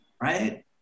right